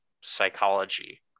psychology